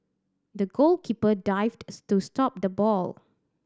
the goalkeeper dived to stop the ball